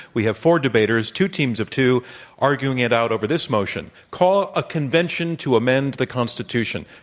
we have four debaters, two teams of two arguing it out over this motion, call a convention to amend the constitution.